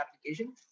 application